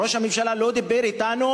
ראש הממשלה לא דיבר אתנו,